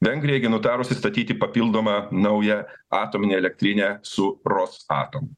vengrija gi nutarusi statyti papildomą naują atominę elektrinę su ros atom